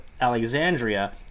Alexandria